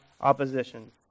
opposition